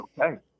Okay